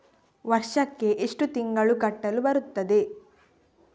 ವರ್ಷಕ್ಕೆ ಎಷ್ಟು ತಿಂಗಳು ಕಟ್ಟಲು ಬರುತ್ತದೆ?